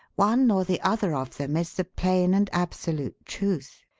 one or the other of them is the plain and absolute truth.